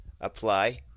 apply